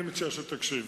אני מציע שתקשיב,